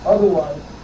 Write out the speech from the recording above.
Otherwise